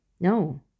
No